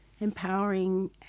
empowering